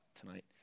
tonight